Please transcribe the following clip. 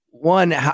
One